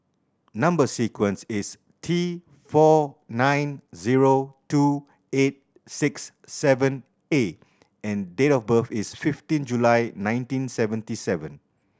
number sequence is T four nine zero two eight six seven A and date of birth is fifteen July nineteen seventy seven